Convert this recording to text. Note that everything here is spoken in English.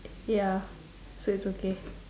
ya so it's okay